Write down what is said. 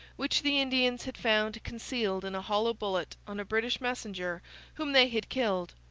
which the indians had found concealed in a hollow bullet on a british messenger whom they had killed.